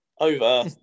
over